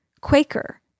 Quaker